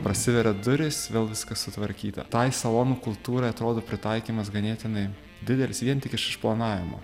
prasiveria durys vėl viskas sutvarkyta tai salonų kultūrai atrodo pritaikymas ganėtinai didelis vien tik iš išplanavimo